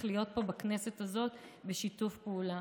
להיות פה בכנסת הזאת בשיתוף פעולה.